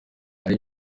hari